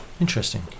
Interesting